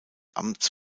amts